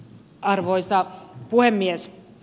arvoisa puhemies